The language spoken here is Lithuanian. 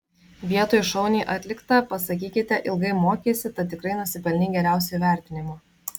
vietoj šauniai atlikta pasakykite ilgai mokeisi tad tikrai nusipelnei geriausio įvertinimo